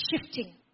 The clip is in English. shifting